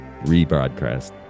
rebroadcast